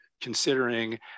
considering